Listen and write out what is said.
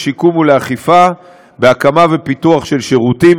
לשיקום ולאכיפה בהקמה ובפיתוח של שירותים,